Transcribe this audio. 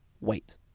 Wait